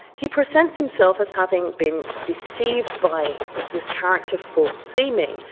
he presents himself as having been deceived by this character false-seeming,